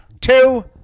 two